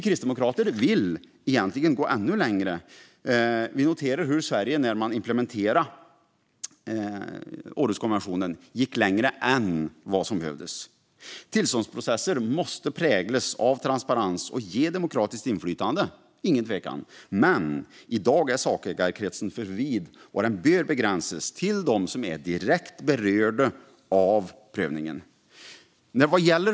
Kristdemokraterna vill egentligen gå ännu längre eftersom vi har noterat att Sverige gick längre än vad som behövdes när Århuskonventionen implementerades. Tillståndsprocesser måste utan tvekan präglas av transparens och ge demokratiskt inflytande, men i dag är sakägarkretsen för vid, och den bör begränsas till dem som är direkt berörda av prövningen.